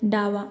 डावा